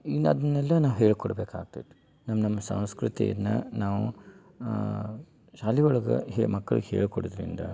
ಇನ್ನ ಅದನ್ನೆಲ್ಲ ನಾ ಹೇಳ್ಕೊಡ್ಬೇಕಾಗ್ತೈತಿ ನಮ್ಮ ನಮ್ಮ ಸಂಸ್ಕೃತಿಯನ್ನು ನಾವು ಶಾಲೆ ಒಳಗೆ ಹೇ ಮಕ್ಕಳಿಗೆ ಹೇಳ್ಕೊಡದರಿಂದ